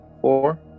Four